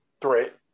threat